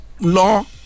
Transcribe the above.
law